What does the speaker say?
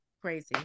Crazy